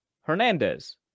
Hernandez